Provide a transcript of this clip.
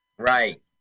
right